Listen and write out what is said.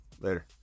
Later